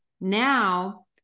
Now